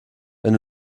wenn